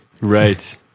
right